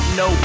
no